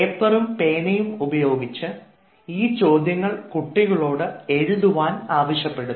പേപ്പറും പേനയും ഉപയോഗിച്ച് ഈ ചോദ്യങ്ങൾ കുട്ടികളോട് എഴുതുവാൻ ആവശ്യപ്പെടുന്നു